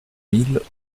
mille